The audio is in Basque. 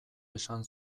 esan